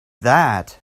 that